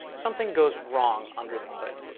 something goes wrong under the hood.